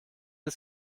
des